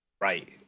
Right